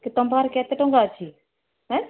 କି ତମ ପାଖରେ କେତେ ଟଙ୍କା ଅଛି ଏଁ